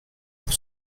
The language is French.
pour